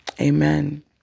Amen